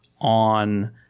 on